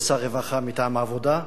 ושר רווחה מטעם העבודה,